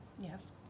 Yes